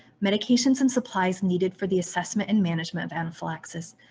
medications and supplies needed for the assessment and management of anaphylaxis,